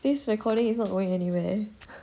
this recording is not going anywhere